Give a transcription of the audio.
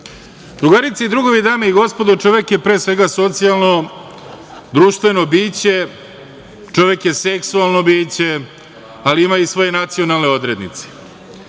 i drugovi, dame i gospodo, čovek je pre svega socijalno, društveno biće, čovek je seksualno biće, ali ima i svoje nacionalne odrednice.